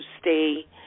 stay